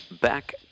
back